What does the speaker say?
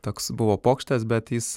toks buvo pokštas bet jis